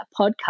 podcast